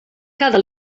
cada